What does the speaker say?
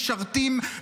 משרתים,